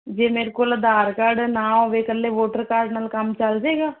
ਜੇ ਮੇਰੇ ਕੋਲ ਆਧਾਰ ਕਾਰਡ ਨਾ ਹੋਵੇ ਇਕੱਲੇ ਵੋਟਰ ਕਾਰਡ ਨਾਲ ਕੰਮ ਚਲ ਜੇਗਾ